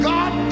God